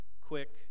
quick